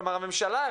כלומר הממשלה,